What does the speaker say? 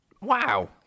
Wow